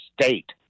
state